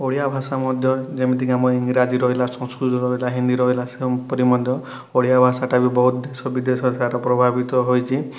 ଓଡ଼ିଆ ଭାଷା ମଧ୍ୟ ଯେମିତି କି ଆମ ଇଂରାଜି ରହିଲା ସଂସ୍କୃତ ରହିଲା ହିନ୍ଦୀ ରହିଲା ସେହିପରି ମଧ୍ୟ ଓଡ଼ିଆ ଭାଷାଟା ବି ବହୁତ ବିଦେଶ ଭାଷାର ପ୍ରଭାବିତ ହୋଇଚି